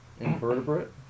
invertebrate